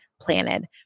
planted